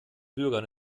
bürgern